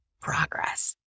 progress